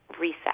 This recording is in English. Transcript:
reset